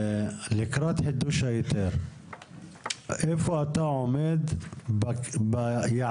לקראת חידוש ההיתר איפה אתה עומד ביעדים